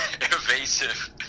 evasive